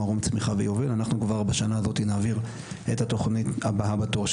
אנחנו כבר בשנה הזאת נעביר את התכנית הבאה בתור,